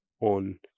on